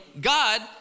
God